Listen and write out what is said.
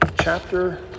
chapter